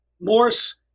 Morse